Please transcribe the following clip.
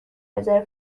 رزرو